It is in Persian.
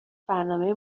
برنامه